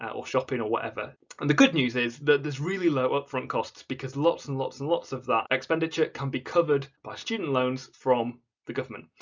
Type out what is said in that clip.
or shopping or whatever and the good news is that there's really low upfront costs because lots and lots and lots of that expenditure can be covered by student loans from the government.